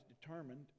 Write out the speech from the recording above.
determined